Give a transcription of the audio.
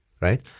right